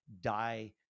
die